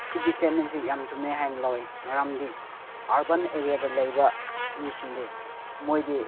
ꯁꯤꯒꯤ ꯏꯁꯇꯦꯠꯃꯦꯟꯁꯦ ꯌꯥꯝ ꯆꯨꯝꯃꯦ ꯍꯥꯏꯅ ꯂꯧꯋꯦ ꯃꯔꯝꯗꯤ ꯑꯥꯔꯕꯟ ꯑꯦꯔꯤꯌꯥꯗ ꯂꯩꯕ ꯃꯤꯁꯤꯡꯗꯤ ꯃꯣꯏꯗꯤ